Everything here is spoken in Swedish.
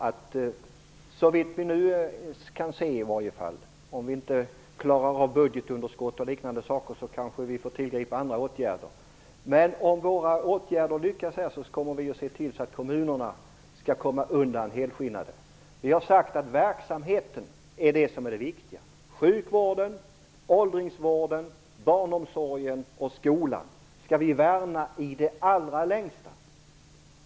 Om vi inte klarar av budgetunderskott osv. får vi kanske tillgripa andra åtgärder. Men om våra åtgärder här lyckas kommer vi att se till att kommunerna helskinnade kommer undan. Vi har sagt att verksamheten är det viktiga. Sjukvården, åldringsvården, barnomsorgen och skolan skall vi värna i det längsta.